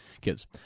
kids